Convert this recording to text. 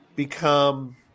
become